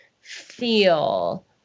feel